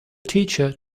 teacher